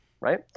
right